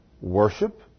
worship